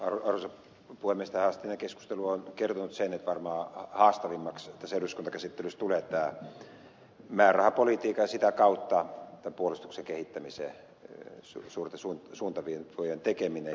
tähänastinen keskustelu on kertonut sen että varmaan haastavimmaksi tässä eduskuntakäsittelyssä tulee tämä määrärahapolitiikka ja sitä kautta puolustuksen kehittämisen suuntaviivojen tekeminen